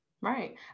Right